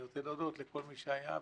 אני רוצה להודות לכל מי שהיה.